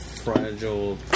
fragile